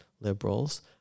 liberals